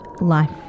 life